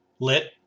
lit